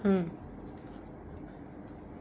mm